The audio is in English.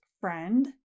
friend